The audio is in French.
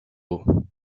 haut